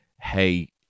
hey